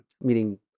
meaning